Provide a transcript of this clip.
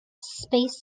space